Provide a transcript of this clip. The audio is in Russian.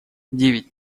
девять